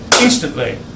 instantly